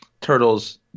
turtles